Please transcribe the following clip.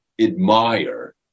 admire